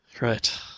Right